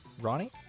Ronnie